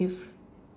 if